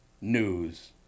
news